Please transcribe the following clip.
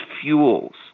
fuels